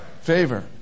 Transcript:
Favor